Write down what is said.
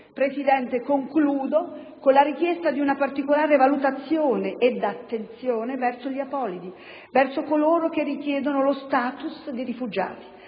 mio intervento con la richiesta di una particolare valutazione ed attenzione verso gli apolidi, verso coloro che richiedono lo *status* di rifugiato.